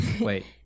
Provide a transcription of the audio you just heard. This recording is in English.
Wait